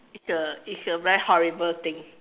it's a it's a very horrible thing